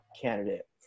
candidate